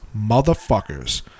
motherfuckers